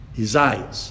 Isaiah